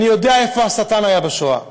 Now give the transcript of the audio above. אני יודע איפה השטן היה בשואה,